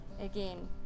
again